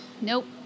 Nope